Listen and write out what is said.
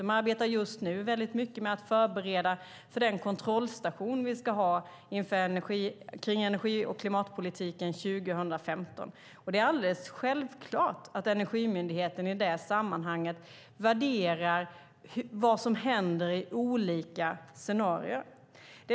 De arbetar just nu väldigt mycket med att förbereda för den kontrollstation vi ska ha för energi och klimatpolitiken 2015. Det är alldeles självklart att Energimyndigheten i detta sammanhang värderar vad som händer i olika scenarier.